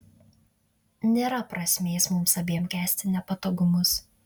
nėra prasmės mums abiem kęsti nepatogumus